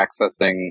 accessing